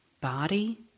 body